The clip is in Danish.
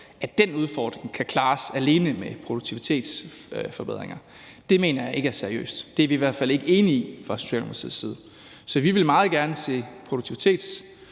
at den udfordring kan klares alene med produktivitetsforbedringer, mener jeg ikke er seriøst. Det er vi i hvert fald ikke enige i fra Socialdemokratiets side. Så vi vil meget gerne se produktivitetsforbedringer,